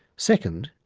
second,